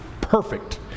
perfect